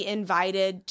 invited